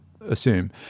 assume